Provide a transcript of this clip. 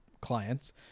clients